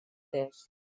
est